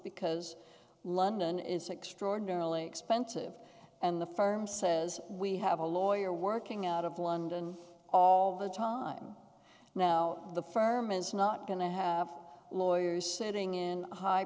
because london is extraordinarily expensive and the firm says we have a lawyer working out of london all the time now the firm is not going to have lawyers sitting in a high